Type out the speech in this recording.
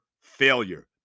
failure